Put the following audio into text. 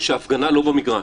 שהפגנה לא במגרש.